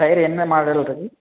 tyre என்ன model இருக்குது